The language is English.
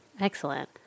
Excellent